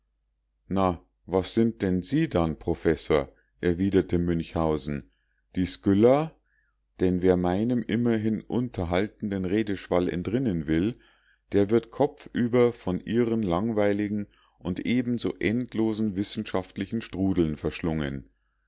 na was sind denn sie dann professor erwiderte münchhausen die scylla denn wer meinem immerhin unterhaltenden redeschwall entrinnen will der wird kopfüber von ihren langweiligen und ebenso endlosen wissenschaftlichen strudeln verschlungen